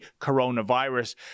coronavirus